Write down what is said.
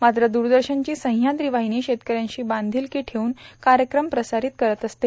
मात्र दूरदर्शनची सह्याद्री वाहिनी शेतकऱ्यांशी बांधिलकी ठेऊन कार्यक्रम प्रसारित करत असते